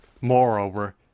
Moreover